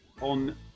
on